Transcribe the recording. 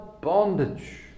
bondage